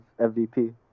MVP